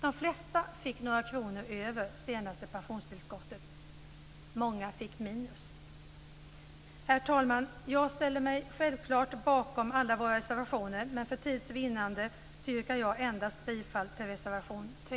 De flesta fick några kronor över av det senaste pensionstillskottet, men många fick minus. Herr talman! Jag ställer mig självklart bakom alla våra reservationer, men för tids vinnande yrkar jag bifall endast till reservation 3.